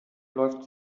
läuft